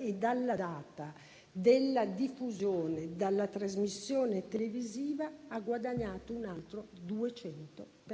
e, dalla data della diffusione della trasmissione televisiva, ha guadagnato un altro 200